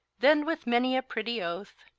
then with manie a prettie othe,